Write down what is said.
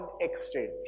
exchange